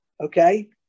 okay